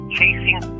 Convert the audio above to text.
Chasing